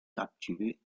capturé